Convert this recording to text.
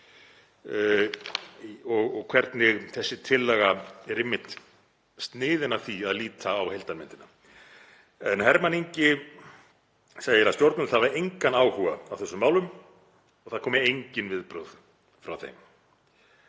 og hvernig þessi tillaga er einmitt sniðin að því að líta á heildarmyndina. En Hermann Ingi segir að stjórnvöld hafi engan áhuga á þessum málum og það komi engin viðbrögð frá þeim,